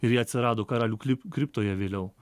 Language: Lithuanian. ir jie atsirado karalių klip kriptoje vėliau